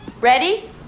Ready